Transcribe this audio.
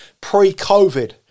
pre-COVID